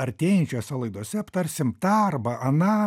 artėjančiose laidose aptarsim tą arba aną